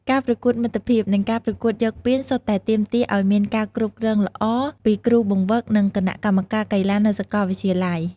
ការប្រកួតមិត្តភាព និងការប្រកួតយកពានសុទ្ធតែទាមទារឲ្យមានការគ្រប់គ្រងល្អពីគ្រូបង្វឹក និងគណៈកម្មការកីឡានៅសាកលវិទ្យាល័យ។